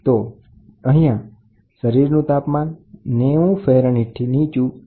તો અહીંયાં શરીરનું તાપમાન 90 ફેરનહીટથી નીચું હોય છે